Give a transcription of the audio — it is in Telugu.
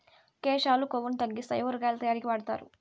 కేశాలు కొవ్వును తగ్గితాయి ఊరగాయ తయారీకి వాడుతారు